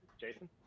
Jason